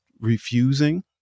refusing